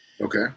Okay